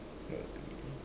rugby